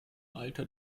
alter